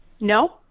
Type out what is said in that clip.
No